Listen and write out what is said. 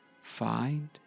Find